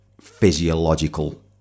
physiological